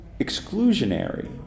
exclusionary